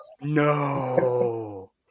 No